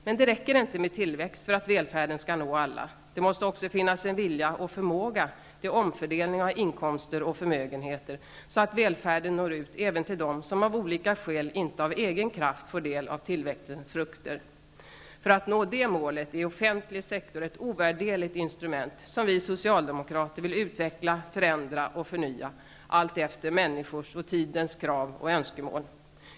Men det räcker inte med att skapa tillväxt om välfärden skall nå alla. Det måste också finnas en vilja och förmåga till en omfördelning av inkomster och förmögenheter, så att välfärden når ut även till dem som av olika skäl inte av egen kraft får del av tillväxtens frukter. När det gäller att nå det målet är offentlig sektor ett ovärderligt instrument som vi socialdemokrater vill utveckla, förändra och förnya alltefter människornas och tidens krav och önskemål.